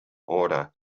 order